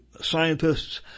scientists